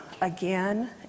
again